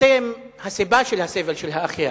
אתם הסיבה של הסבל של האחר.